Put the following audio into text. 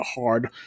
hard